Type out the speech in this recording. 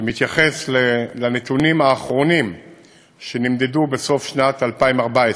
שמתייחס לנתונים האחרונים שנמדדו בסוף שנת 2014,